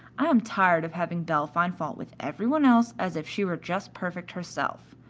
i am tired of having belle find fault with every one else as if she were just perfect herself.